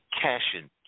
Cashing